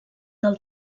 del